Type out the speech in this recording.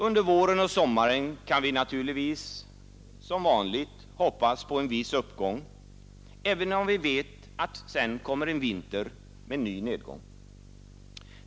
Under våren och sommaren kan vi naturligtvis som vanligt hoppas på en viss uppgång, även om vi vet att vintern sedan kommer med ny nedgång.